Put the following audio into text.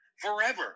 forever